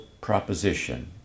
proposition